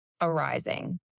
arising